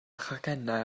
chacennau